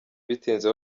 bitinze